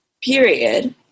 period